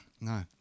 No